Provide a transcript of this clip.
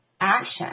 action